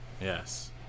Yes